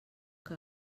que